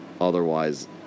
otherwise